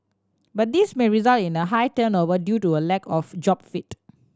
but this may result in a high turnover due to a lack of job fit